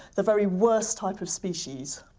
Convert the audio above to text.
the very worst type of species.